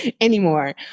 anymore